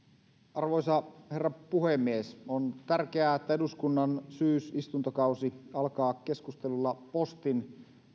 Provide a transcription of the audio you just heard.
arvoisa herra puhemies on tärkeää että eduskunnan syysistuntokausi alkaa keskustelulla postin